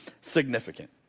significant